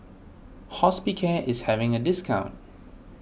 Hospicare is having a discount